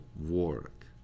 work